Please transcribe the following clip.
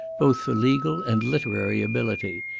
both for legal and literary ability,